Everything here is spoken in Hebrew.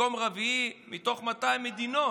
מקום רביעי מתוך 200 מדינת.